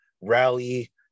rally